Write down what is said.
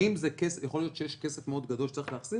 האם יש כסף מאוד גדול שצריך להחזיר?